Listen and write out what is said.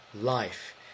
life